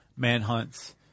manhunts